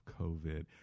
COVID